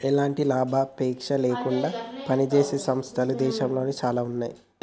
ఎలాంటి లాభాపేక్ష లేకుండా పనిజేసే సంస్థలు దేశంలో చానా ఉన్నాయి